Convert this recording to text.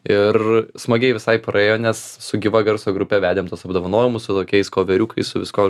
ir smagiai visai praėjo nes su gyva garso grupe vedėm tuos apdovanojimus su tokiais koveriukai su viskuo